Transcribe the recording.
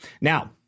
Now